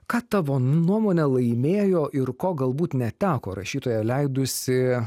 ką tavo nuomone laimėjo ir ko galbūt neteko rašytoja leidusi